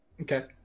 Okay